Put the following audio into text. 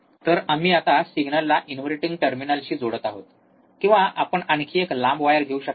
तर आम्ही आता सिग्नलला इनव्हर्टिंग टर्मिनलशी जोडत आहोत किंवा आपण आणखी एक लांब वायर घेऊ शकता